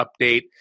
update